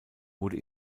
wurde